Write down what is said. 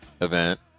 event